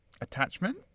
attachment